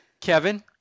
Kevin